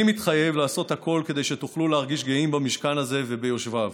אני מתחייב לעשות הכול כדי שתוכלו להרגיש גאים במשכן הזה וביושביו.